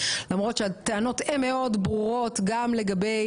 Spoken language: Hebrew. למרות שהטענות הן מאוד ברורות גם לגבי